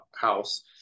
house